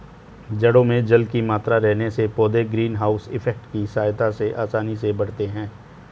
जड़ों में जल की मात्रा रहने से पौधे ग्रीन हाउस इफेक्ट की सहायता से आसानी से बढ़ते हैं